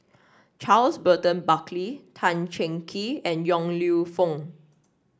Charles Burton Buckley Tan Cheng Kee and Yong Lew Foong